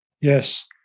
Yes